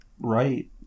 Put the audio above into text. right